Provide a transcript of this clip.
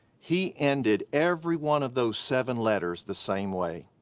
he ended every one of those seven letters the same way.